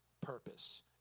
purpose